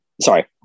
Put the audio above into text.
Sorry